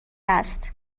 است